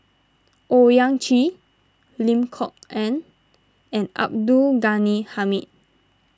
Owyang Chi Lim Kok Ann and Abdul Ghani Hamid